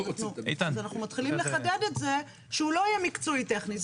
אז אנחנו מתחילים לחדד את זה שהוא לא יהיה מקצועי טכני,